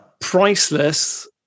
priceless